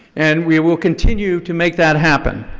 and we will continue to make that happen.